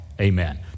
Amen